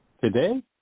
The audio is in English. Today